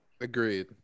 Agreed